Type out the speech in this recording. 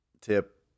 tip